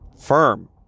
firm